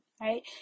Right